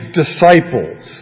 disciples